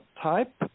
type